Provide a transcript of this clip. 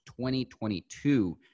2022